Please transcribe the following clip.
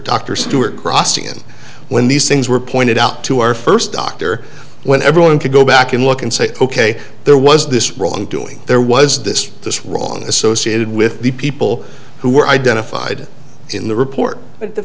dr stuart crossin when these things were pointed out to our first doctor when everyone could go back and look and say ok there was this wrongdoing there was this this wrong associated with the people who were identified in the report but the